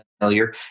failure